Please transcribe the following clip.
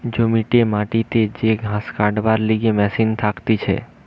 জমিতে মাটিতে যে ঘাস কাটবার লিগে মেশিন থাকতিছে